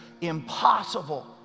impossible